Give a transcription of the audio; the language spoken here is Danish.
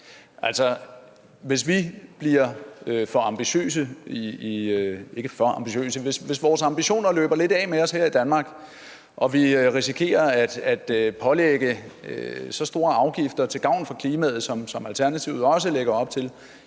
dele på en gang. Altså, hvis vores ambitioner løber lidt af med os her i Danmark, og vi risikerer at pålægge så store afgifter til gavn for klimaet, som Alternativet også lægger op til,